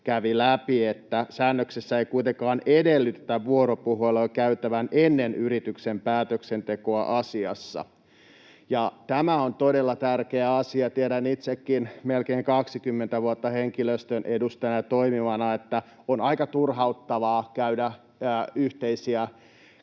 kävi läpi, että säännöksessä ei kuitenkaan edellytetä vuoropuhelua käytävän ennen yrityksen päätöksentekoa asiassa, ja tämä on todella tärkeä asia. Tiedän itsekin melkein 20 vuotta henkilöstön edustajana toimineena, että on aika turhauttavaa käydä yhteisiä